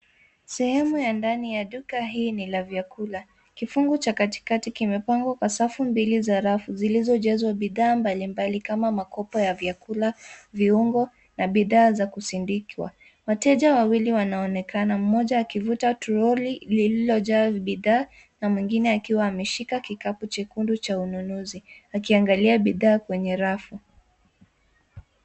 Sehemu ya ndani ya duka hii ni la vyakula, kifungu cha katikati kimepangwa kwa safu mbili za rafu zilizojazwa bidhaa mbalimbali kama makopo ya vyakula, viungo na bidhaa za kusindikwa. Wateja wawili wanaonekana mmoja akivuta troli lililojaa bidhaa na mwingine akiwa ameshika kikapu chekundu cha ununuzi akiangalia bidhaa kwenye rafu.